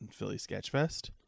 phillysketchfest